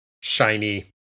shiny